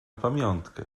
pamiątkę